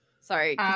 Sorry